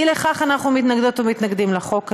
אי לכך, אנחנו מתנגדות ומתנגדים לחוק הזה.